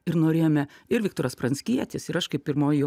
ir norėjome ir viktoras pranckietis ir aš kaip pirmoji